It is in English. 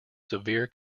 severe